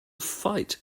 fight